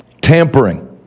Tampering